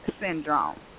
syndrome